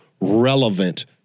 relevant